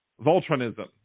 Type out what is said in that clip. Voltronism